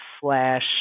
slash